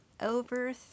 Over